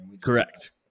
Correct